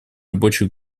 рабочих